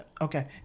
Okay